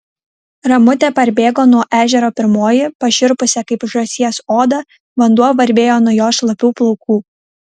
ramutė parbėgo nuo ežero pirmoji pašiurpusia kaip žąsies oda vanduo varvėjo nuo jos šlapių plaukų